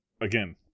again